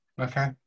Okay